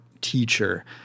teacher